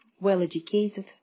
well-educated